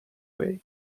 way